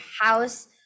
house